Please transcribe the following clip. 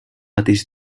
mateix